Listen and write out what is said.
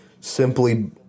simply